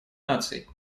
наций